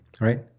right